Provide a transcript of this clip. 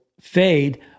fade